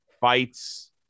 fights